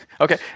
Okay